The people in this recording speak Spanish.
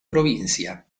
provincia